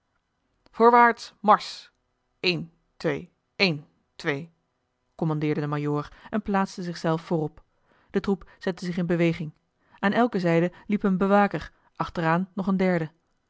voorwaarts marsch één twee één twee kommandeerde de majoor en plaatste zichzelf voorop de troep zette zich in beweging aan elke zijde liep een bewaker achteraan nog een derde